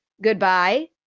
goodbye